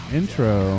intro